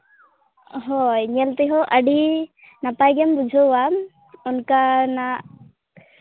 ᱦᱳᱭ ᱧᱮᱞ ᱛᱮᱦᱚᱸ ᱟᱹᱰᱤ ᱱᱟᱯᱟᱭ ᱜᱮᱢ ᱵᱩᱡᱷᱟᱹᱣᱟ ᱚᱱᱠᱟᱱᱟᱜ